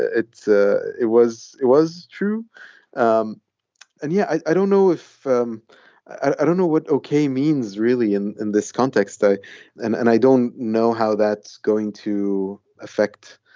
it's ah it was it was true um and yeah, i i don't know if um i don't know what. okay. means really in in this context. and and i don't know how that's going to affect,